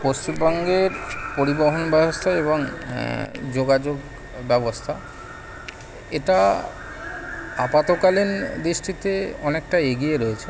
পশ্চিমবঙ্গের পরিবহণ ব্যবস্থা এবং যোগাযোগ ব্যবস্থা এটা আপাতকালীন দৃষ্টিতে অনেকটা এগিয়ে রয়েছে